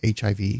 HIV